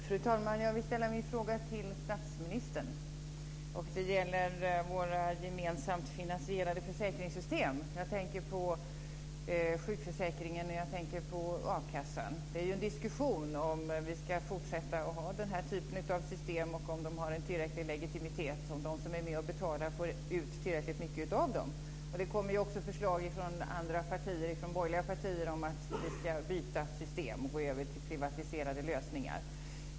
Fru talman! Jag vill ställa min fråga till statsministern. Det gäller våra gemensamt finansierade försäkringssystem. Jag tänker på sjukförsäkringen och på a-kassan. Det är ju en diskussion om vi ska fortsätta ha den här typen av system och om de har en tillräcklig legitimitet, om de som är med och betalar får ut tillräckligt mycket av dem. Det kommer också förslag från andra partier, från borgerliga partier, om att vi ska byta system och gå över till privatiserade lösningar.